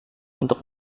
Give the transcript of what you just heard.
untuk